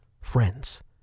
friends